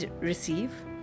receive